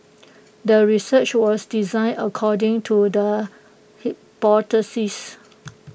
the research was designed according to the hypothesis